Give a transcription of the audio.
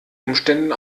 umständen